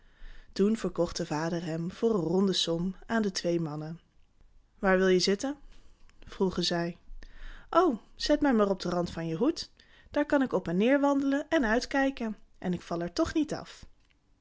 toen verkocht de vader hem voor een ronde som aan de twee mannen waar wil je zitten vroegen zij o zet mij maar op den rand van je hoed daar kan ik op en neer wandelen en uitkijken en ik val er toch niet af